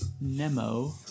Nemo